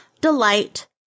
Delight